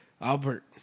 Albert